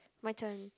my turn